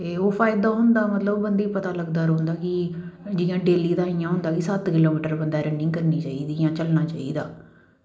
ते ओह् फायदा होंदा मतलव बंदे पता लगदा रौंह्दा कि जियां डेल्ली दा इयां होंदा कि सत्त किलो मीटर बंदै रनिंग करनी चाही दी जां चलना चाही दा